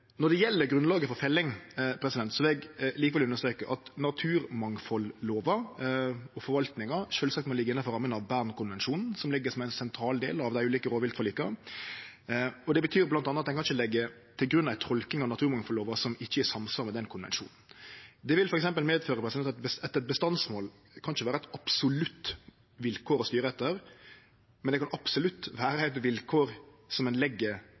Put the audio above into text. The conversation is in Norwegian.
Når det gjeld grunnlaget for felling, vil eg likevel understreke at naturmangfaldlova og forvaltinga sjølvsagt må liggje innanfor ramma av Bernkonvensjonen, som ligg som ein sentral del av dei ulike rovviltforlika. Det betyr bl.a. at ein ikkje kan leggje til grunn ei tolking av naturmangfaldlova som ikkje er i samsvar med den konvensjonen. Det vil f.eks. medføre at eit bestandsmål ikkje kan vere eit absolutt vilkår å styre etter, men det kan absolutt vere eit vilkår som ein legg